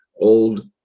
old